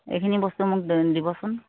এইখিনি বস্তু মোক দিবচোন